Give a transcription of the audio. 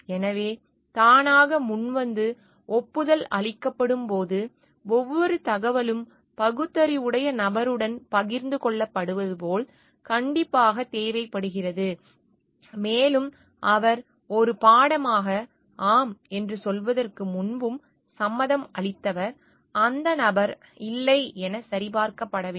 எனவே தானாக முன்வந்து ஒப்புதல் அளிக்கப்படும்போது ஒவ்வொரு தகவலும் பகுத்தறிவுடைய நபருடன் பகிர்ந்து கொள்ளப்படுவது போல் கண்டிப்பாகத் தேவைப்படுகிறது மேலும் அவர் ஒரு பாடமாக ஆம் என்று சொல்வதற்கு முன்பும் சம்மதம் அளித்தவர் அந்த நபர் இல்லை என சரிபார்க்கப்பட வேண்டும்